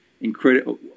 incredible